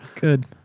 Good